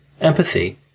empathy